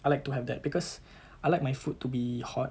I like to have that because I like my food to be hot